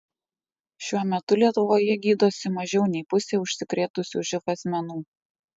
šiuo metu lietuvoje gydosi mažiau nei pusė užsikrėtusių živ asmenų